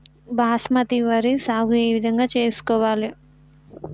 బాస్మతి వరి సాగు ఏ విధంగా చేసుకోవాలి?